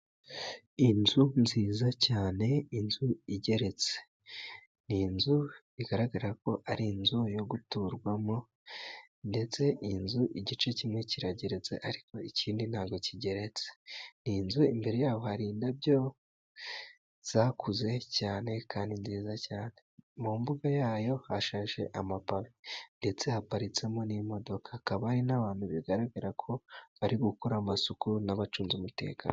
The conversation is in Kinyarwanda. Inzu nziza cyane inzu igeretse. Ni inzu bigaragara ko ari inzu yo guturwamo, ndetse inzu igice kimwe kirageretse, ariko ikindi nta bwo kigeretse. Ni inzu imbere yayo hari indabo zakuze cyane, kandi nziza cyane. Mu mbuga yayo hashashe amapave, ndetse haparitsemo n'imodoka. Hakaba hari n'abantu bigaragara ko bari gukora amasuku n'abacunze umutekano.